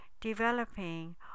developing